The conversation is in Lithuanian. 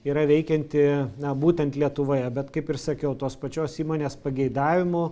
yra veikianti na būtent lietuvoje bet kaip ir sakiau tos pačios įmonės pageidavimu